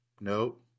nope